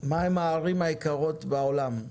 מה הן הערים היקרות בעולם.